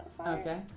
Okay